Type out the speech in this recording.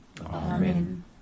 Amen